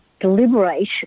deliberate